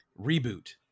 Reboot